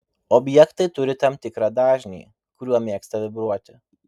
objektai turi tam tikrą dažnį kuriuo mėgsta vibruoti